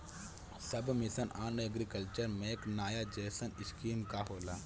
सब mission on agriculture mechanisation scheme का होला?